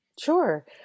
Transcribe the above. Sure